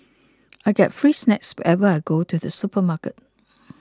I get free snacks whenever I go to the supermarket